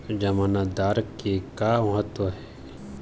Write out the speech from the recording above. जमानतदार के का महत्व हे?